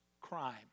crime